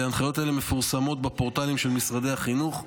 הנחיות אלו מפורסמות בפורטלים של משרד החינוך.